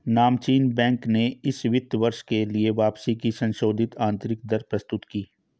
नामचीन बैंक ने इस वित्त वर्ष के लिए वापसी की संशोधित आंतरिक दर प्रस्तुत की